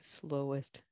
slowest